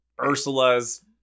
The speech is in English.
Ursula's